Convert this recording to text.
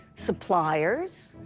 suppliers,